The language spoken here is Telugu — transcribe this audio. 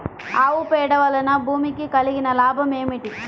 ఆవు పేడ వలన భూమికి కలిగిన లాభం ఏమిటి?